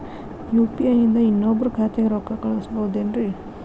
UPI ನಿಂದ ಇನ್ನೊಬ್ರ ಖಾತೆಗೆ ರೊಕ್ಕ ಕಳ್ಸಬಹುದೇನ್ರಿ?